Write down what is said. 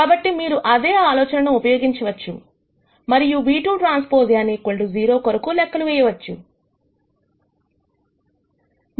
కాబట్టి మీరు అదే ఆలోచనను ఉపయోగించవచ్చు మరియు ν2Tn 0 కొరకు లెక్కలు వేయవచ్చు